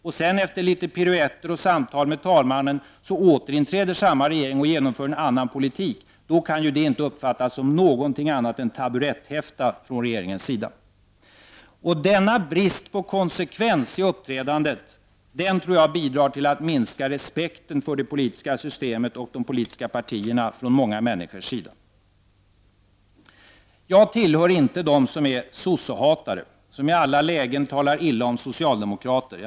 Om sedan efter piruetter och samtal med talmannen samma regering återinträder och för en annan politik, då kan det inte uppfattas som något annat än en taburetthäfta från regeringens sida. En sådan brist på konsekvens i uppträdandet tror jag bidrar till att minska respekten för det politiska systemet och för de politiska partierna. Jag hör inte till dem som är ”sossehatare” som i alla lägen talar illa om socialdemokraterna.